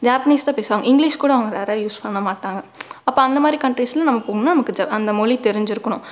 Japanese தான் பேசுவாங்க English கூட அவங்க ரேராக யூஸ் பண்ணமாட்டாங்க அப்போ அந்த மாதிரி கன்ட்ரிஸில் நம்ம போகணுனா நமக்கு ஜப் அந்த மொழி தெரிஞ்சுருக்கணும்